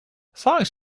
songs